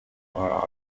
are